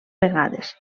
vegades